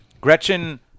Gretchen